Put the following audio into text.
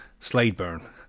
Sladeburn